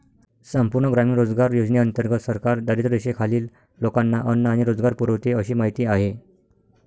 संपूर्ण ग्रामीण रोजगार योजनेंतर्गत सरकार दारिद्र्यरेषेखालील लोकांना अन्न आणि रोजगार पुरवते अशी माहिती आहे